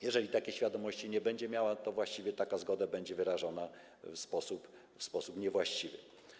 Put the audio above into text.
Jeżeli takiej świadomości nie będzie miała, to właściwie taka zgoda będzie wyrażona w sposób niewłaściwy.